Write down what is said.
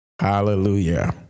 Hallelujah